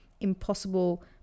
impossible